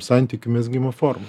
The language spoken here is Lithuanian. santykių mezgimo forma